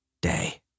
day